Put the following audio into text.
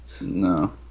No